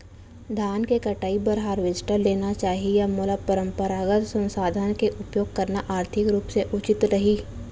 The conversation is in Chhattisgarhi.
धान के कटाई बर हारवेस्टर लेना चाही या मोला परम्परागत संसाधन के उपयोग करना आर्थिक रूप से उचित रही?